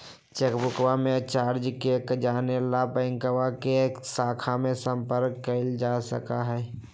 चेकबुकवा चार्ज के जाने ला बैंकवा के शाखा में संपर्क कइल जा सका हई